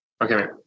Okay